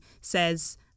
says